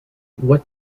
what